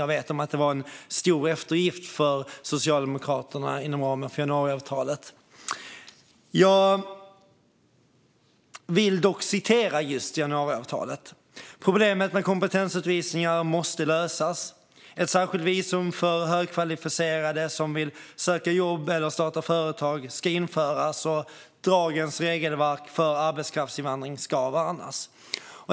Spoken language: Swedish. Jag vet att det var en stor eftergift för Socialdemokraterna inom ramen för januariavtalet. Jag vill dock läsa upp vad som står i januariavtalet: Problemet med kompetensutvisningar måste lösas. Ett särskilt visum för högkvalificerade som vill söka jobb eller starta företag ska införas. Dagens regelverk för arbetskraftsinvandring ska värnas.